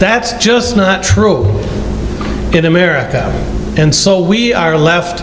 that's just not true in america and so we are left